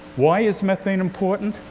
why is methane important?